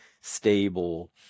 stable